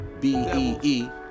B-E-E